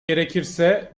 gerekirse